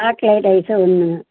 chocolate ice ஒன்றுங்க